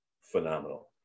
phenomenal